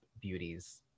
beauties